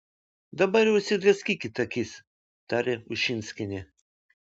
dabar jau išsidraskykit akis tarė ušinskienė